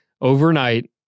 Overnight